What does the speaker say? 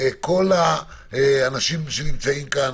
כל האנשים שנמצאים כאן,